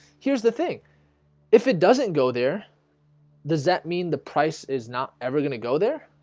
here's the thing if it doesn't go there does that mean the price is not ever gonna go there?